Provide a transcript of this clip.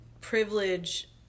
Privilege